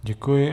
Děkuji.